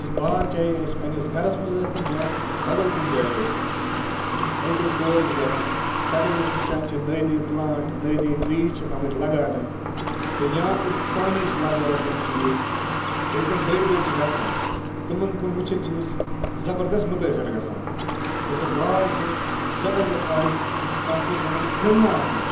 سُہ باغ چاہے اَسہِ پنٕنِس گَرَس منٛز ٲسۍتَن یا بَدل کُنہِ جایہِ ٲسۍتَن ییٚلہِ تہِ أسۍ تور چھِ گژھان تَتہِ ییٚلہِ أسۍ وُچھان چھِ نٔے نٔے پُلانٛٹ نٔے نٔے ٹریٖز چھِ آمٕتۍ لَگاونہٕ تہٕ یا أسۍ پانَے چھِ لَگاوان تِم چیٖز ییٚلہِ تِم بٔڈۍ بٔڈۍ چھِ گژھان تِمَن کُن وُچھِتھ چھِ أسۍ زَبردَس مُتٲثر گژھان تہٕ سُہ باغ چھِ زَبردَس آیہِ سُہ کانٛہہ کٲنٛسہِ وَنان کھِلنہٕ آمُت